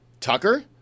Tucker